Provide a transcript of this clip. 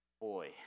boy